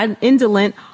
indolent